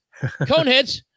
Coneheads